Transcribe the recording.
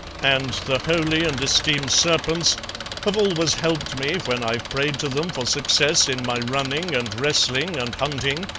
and the holy and esteemed serpents have always helped me when i've prayed to them for success in my running and wrestling and hunting,